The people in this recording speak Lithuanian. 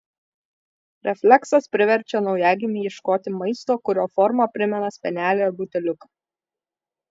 refleksas priverčia naujagimį ieškoti maisto kurio forma primena spenelį ar buteliuką